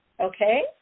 Okay